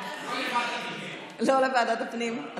לא לוועדת הפנים.